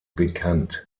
bekannt